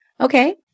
Okay